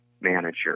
manager